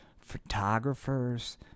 Photographers